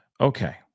okay